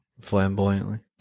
Flamboyantly